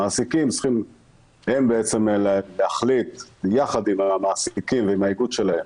המעסיקים צריכים להחליט יחד עם האיגוד שלהם